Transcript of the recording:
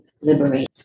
liberate